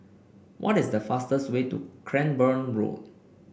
what is the fastest way to Cranborne Road